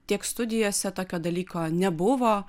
tiek studijose tokio dalyko nebuvo